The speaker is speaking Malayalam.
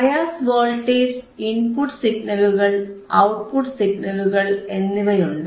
ബയാസ് വോൾട്ടേജ് ഇൻപുട്ട് സിഗ്നലുകൾ ഔട്ട്പുട്ട് സിഗ്നലുകൾ എന്നിവയുണ്ട്